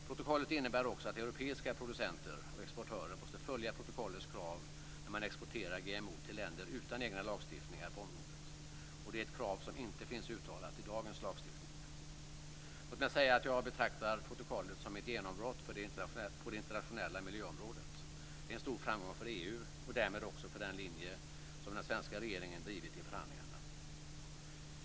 Protokollet innebär också att europeiska producenter och exportörer måste följa protokollets krav när man exporterar GMO till länder utan egna lagstiftningar på området. Det är ett krav som inte finns uttalat i dagens lagstiftning. Låt mig säga att jag betraktar protokollet som ett genombrott på det internationella miljöområdet. Det är en stor framgång för EU och därmed också för den linje som den svenska regeringen drivit i förhandlingarna.